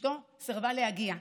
אשתו סירבה להגיע.